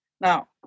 Now